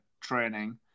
training